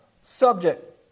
subject